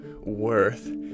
worth